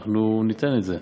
אנחנו ניתן את זה.